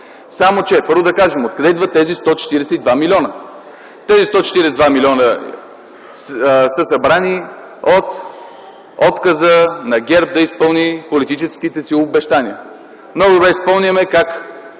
Само че първо да кажем от къде идват тези 142 млн. лв. Те са събрани от отказа на ГЕРБ да изпълни политическите си обещания. Много добре си спомняме как